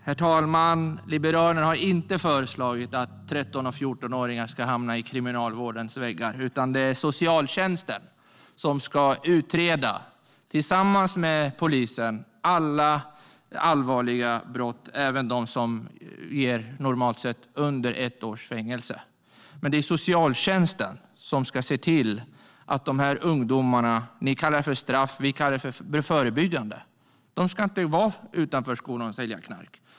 Herr talman! Liberalerna har inte föreslagit att 13-14-åringar ska hamna inom Kriminalvårdens väggar, utan det är socialtjänsten som tillsammans med polisen ska utreda alla allvarliga brott, även dem som normalt sett ger under ett års fängelse. Det är socialtjänsten som ska se till dessa ungdomar. Ni kallar det för straff, vi kallar det förebyggande. De ska inte vara utanför skolan och sälja knark.